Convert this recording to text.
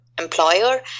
employer